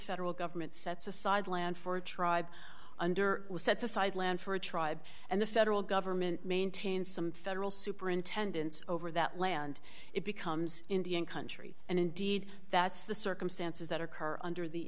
federal government sets aside land for a tribe under sets aside land for a tribe and the federal government maintains some federal superintendents over that land it becomes indian country and indeed that's the circumstances that are